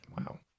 Wow